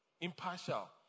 impartial